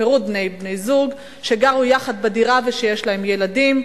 של פירוד בין בני-זוג שגרו יחד בדירה ושיש להם ילדים,